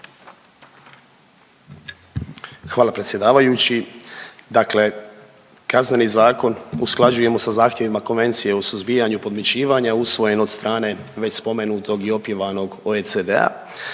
Hvala predsjedavajući. Dakle, Kazneni zakon usklađujemo sa zahtjevima Konvencije o suzbijanju podmićivanja usvojenu od strane već spomenutog i opjevanog OECD-a,